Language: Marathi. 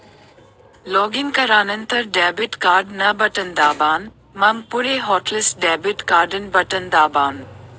लॉगिन करानंतर डेबिट कार्ड न बटन दाबान, मंग पुढे हॉटलिस्ट डेबिट कार्डन बटन दाबान